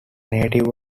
native